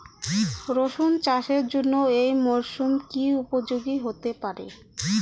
রসুন চাষের জন্য এই মরসুম কি উপযোগী হতে পারে?